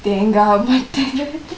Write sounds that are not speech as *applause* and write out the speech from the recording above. தேங்கா மட்ட:thengka matta *laughs*